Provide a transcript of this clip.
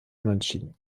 unentschieden